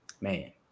man